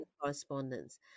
correspondence